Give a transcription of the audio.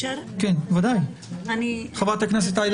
השמיד, לעבד את הראיות